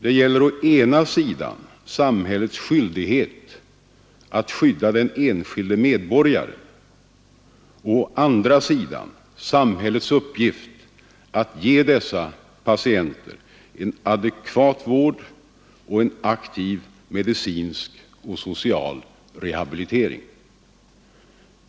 Det gäller å ena sidan samhällets skyldighet att skydda den enskilde medborgaren och å andra sidan samhällets uppgift att ge dessa patienter en adekvat vård och en aktiv medicinsk och social rehabilitering.